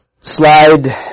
slide